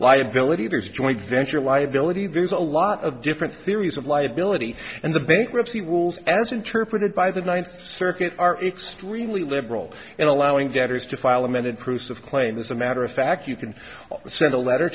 liability there's joint venture liability there's a lot of different theories of liability and the bankruptcy rules as interpreted by the ninth circuit are extremely liberal in allowing debtors to file amended proofs of claim as a matter of fact you can send a letter